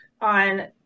on